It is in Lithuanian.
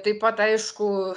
taip pat aišku